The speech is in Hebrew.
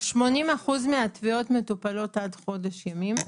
80 אחוז מהתביעות מטופלות עד חודש ימים.